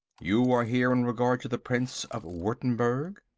you are here in regard to the prince of wurttemberg.